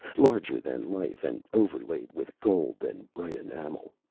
larger than life and overlaid with gold and bright enamel.